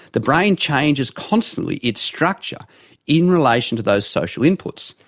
the brain changes constantly its structure in relation to those social inputs,